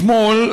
אתמול,